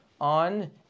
on